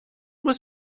muss